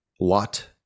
lot